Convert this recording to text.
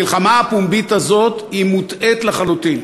המלחמה הפומבית הזאת היא מוטעית לחלוטין.